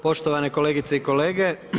Poštovane kolegice i kolege.